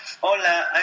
hola